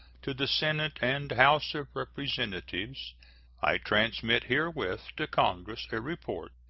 to the senate and house of representatives i transmit herewith to congress a report,